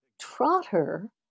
Trotter